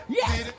yes